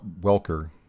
Welker